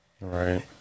Right